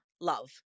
love